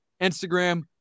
Instagram